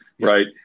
right